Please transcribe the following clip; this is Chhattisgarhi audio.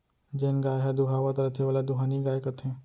जेन गाय ह दुहावत रथे ओला दुहानी गाय कथें